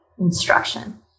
instruction